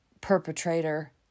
perpetrator